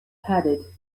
headed